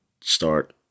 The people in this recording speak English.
start